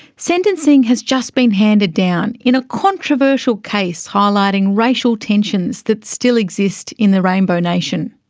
sentencing has just been handed down in a controversial case highlighting racial tensions that still exist in the rainbow nation.